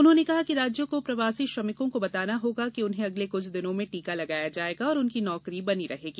उन्होंने कहा कि राज्यों को प्रवासी श्रमिकों को बताना होगा कि उन्हें अगले कुछ दिनों में टीका लगाया जाएगा और उनकी नौकरी बनी रहेगी